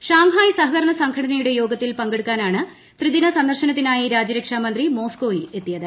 Shanghai സഹകരണ സംഘടനയുടെ യോഗത്തിൽ പങ്കെടുക്കാനാണ് ത്രിദിന സന്ദർശനത്തിനായി രാജ്യരക്ഷാമന്ത്രി മോസ്കോയിൽ എത്തിയത്